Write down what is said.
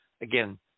again